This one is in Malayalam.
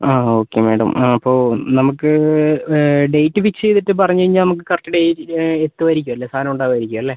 ആ ഓക്കെ മാഡം ആ അപ്പോൾ നമുക്ക് ഡേറ്റ് ഫിക്സ് ചെയ്തിട്ട് പറഞ്ഞു കഴിഞ്ഞാൽ നമുക്ക് കറക്റ്റ് ഡേറ്റിന് എത്തുമായിരിക്കുമല്ലേ സാധനം ഉണ്ടാകുമായിരിക്കും അല്ലേ